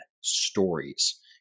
stories